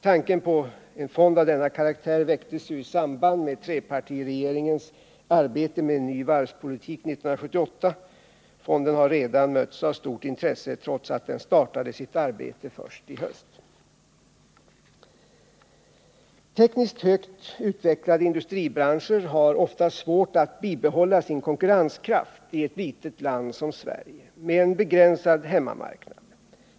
Tanken på en fond av denna karaktär väcktes i samband med trepartiregeringens arbete med en ny varvspolitik 1978. Fonden har redan mötts av stort intresse trots att den startade sitt arbete först i höst. Tekniskt högt utvecklade industribranscher har ofta svårt att bibehålla sin konkurrenskraft i ett litet land som Sverige med en begränsad hemmamarknad.